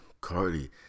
Cardi